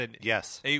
Yes